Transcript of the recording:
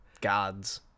gods